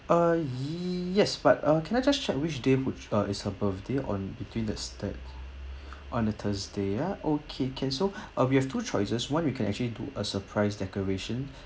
err yes but uh can I just check which day would uh it's her birthday or between the dates on the thursday ah okay can so uh we have two choices one we can actually do a surprise decoration